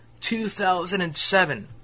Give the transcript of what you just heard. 2007